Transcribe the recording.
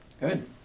good